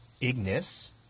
Ignis